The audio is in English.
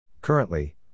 Currently